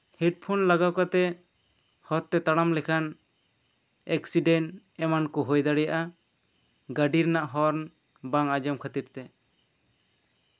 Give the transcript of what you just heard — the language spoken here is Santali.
ᱦᱮᱰᱯᱷᱳᱱ ᱞᱟᱜᱟᱣ ᱠᱟᱛᱮ ᱦᱚᱨᱛᱮ ᱛᱟᱲᱟᱢ ᱞᱮᱠᱷᱟᱱ ᱮᱠᱥᱤᱰᱮᱱ ᱮᱢᱟᱱ ᱠᱚ ᱦᱩᱭ ᱫᱟᱲᱮᱭᱟᱜᱼᱟ ᱜᱟᱹᱰᱤ ᱨᱮᱱᱟᱜ ᱦᱚᱨᱱ ᱵᱟᱝ ᱟᱸᱡᱚᱢ ᱠᱷᱟᱛᱤᱨ ᱛᱮ